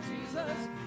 Jesus